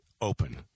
open